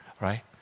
right